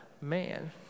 man